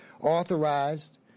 authorized